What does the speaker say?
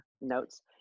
notes